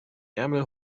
ärmel